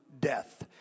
death